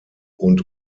und